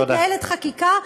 ככה מתנהלת חקיקה?